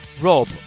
Rob